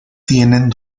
tienen